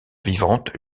vivante